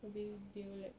but they they were like